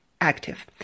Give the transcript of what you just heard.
active